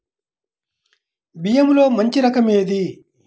బియ్యంలో మంచి రకం ఏది?